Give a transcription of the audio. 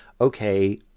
Okay